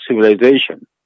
civilization